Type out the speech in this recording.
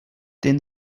den